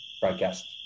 broadcast